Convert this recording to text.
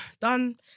done